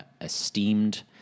esteemed